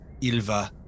ilva